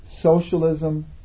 socialism